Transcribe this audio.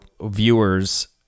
viewers